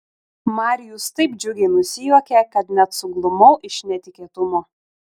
marijus taip džiugiai nusijuokė kad net suglumau iš netikėtumo